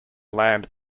land